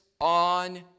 on